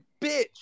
bitch